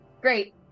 Great